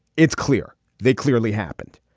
it's clear they clearly happened.